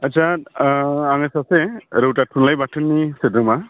आच्चा आङो सासे रौता थुनलाइ गौथुमनि सोद्रोमा